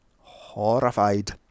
horrified